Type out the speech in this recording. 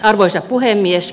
arvoisa puhemies